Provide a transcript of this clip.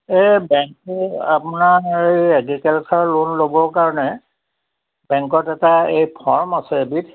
এই বেংকৰ আপোনাৰ এই এগ্ৰিকালচাৰ লোন ল'বৰ কাৰণে বেংকত এটা এই ফৰ্ম আছে এবিধ